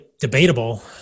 debatable